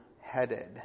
headed